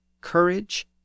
courage